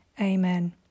Amen